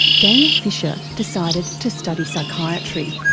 daniel fisher decided to study psychiatry.